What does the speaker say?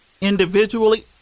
Individually